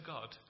God